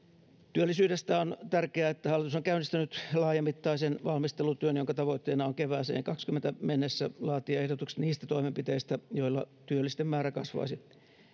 on tärkeää että hallitus on käynnistänyt työllisyydestä laajamittaisen valmistelutyön jonka tavoitteena on kevääseen kahdessakymmenessä mennessä laatia ehdotukset niistä toimenpiteistä joilla työllisten määrä kasvaisi